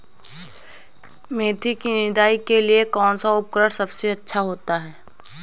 मेथी की निदाई के लिए कौन सा उपकरण सबसे अच्छा होता है?